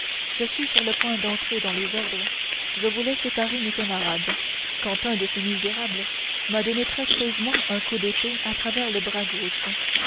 je suis sur le point de rentrer dans les ordres je voulais séparer mes camarades quand un de ces misérables m'a donné traîtreusement un coup d'épée à travers le bras gauche